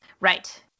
Right